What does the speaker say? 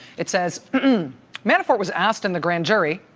it says manafort was asked in the grand jury,